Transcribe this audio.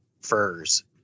furs